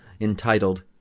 entitled